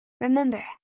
Remember